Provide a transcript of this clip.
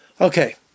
Okay